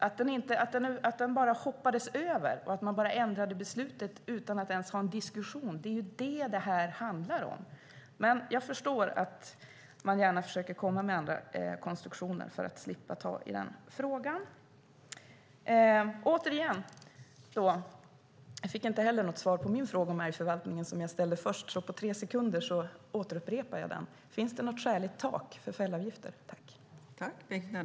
Att den bara hoppades över och att man ändrade beslutet utan att ens ha en diskussion är det som det här handlar om. Men jag förstår att man gärna försöker komma med andra konstruktioner för att slippa ta tag i den frågan. Återigen, jag fick inte heller något svar på min fråga om älgförvaltningen som jag ställde först. På tre sekunder upprepar jag den. Finns det något skäligt tak för fällavgifter?